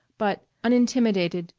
but, unintimidated,